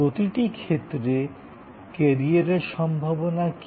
প্রতিটি ক্ষেত্রে কেরিয়ারের সম্ভাবনা কী